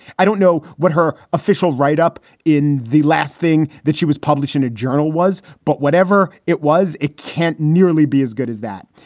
i don't know what her official write-up in the last thing that she was published in the journal was, but whatever it was, it can't nearly be as good as that.